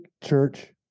church